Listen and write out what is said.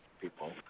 People